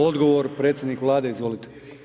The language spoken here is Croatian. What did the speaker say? Odgovor predsjednik Vlade, izvolite.